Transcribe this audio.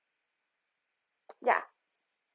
ya